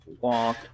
Walk